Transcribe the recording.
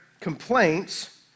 complaints